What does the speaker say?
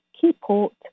Keyport